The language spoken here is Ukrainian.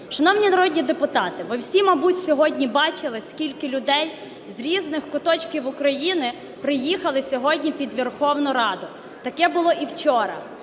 Шановні народні депутати, ви всі, мабуть, сьогодні бачили, скільки людей з різних куточків України приїхали сьогодні під Верховну Раду. Таке було і вчора.